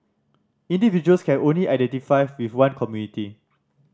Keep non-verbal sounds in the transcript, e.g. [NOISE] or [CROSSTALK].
individuals can only identify [UNINTELLIGIBLE] with one community